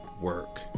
work